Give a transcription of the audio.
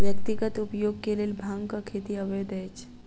व्यक्तिगत उपयोग के लेल भांगक खेती अवैध अछि